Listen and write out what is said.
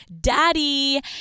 daddy